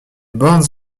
bandes